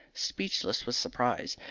speechless with surprise,